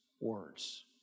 words